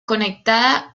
conectada